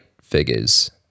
figures